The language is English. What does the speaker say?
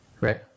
Right